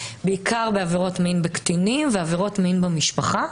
בעיקר בעבירות מין בקטינים ועבירות מין במשפחה.